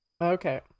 Okay